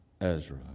Ezra